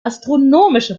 astronomische